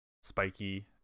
spiky